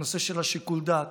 הנושא של שיקול הדעת.